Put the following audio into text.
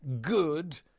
good